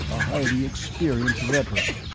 a highly experienced veteran.